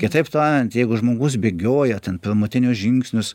kitaip tariant jeigu žmogus bėgioja ten pirmutinius žingsnius